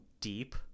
deep